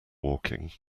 walking